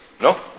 No